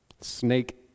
snake